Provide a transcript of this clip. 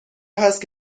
هست